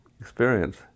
experience